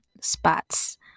spots